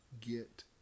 get